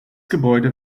gebäude